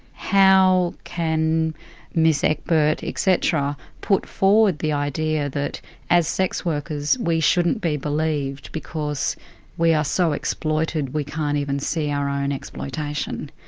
how can miss ekberg etc. put forward the idea that as sex workers, we shouldn't be believed, because we are so exploited we can't even see our own exploitation?